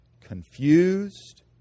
confused